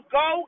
go